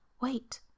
wait